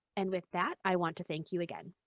and with that, i want to thank you again.